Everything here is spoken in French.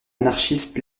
anarchistes